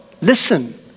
listen